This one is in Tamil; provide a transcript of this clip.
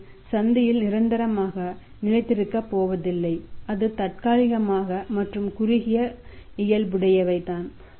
இது சந்தையில் நிரந்தரமாக நிலைத்திருக்கப் போவதில்லை அது தற்காலிக மற்றும் குறுகிய இயல்புடையவை தான்